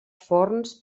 forns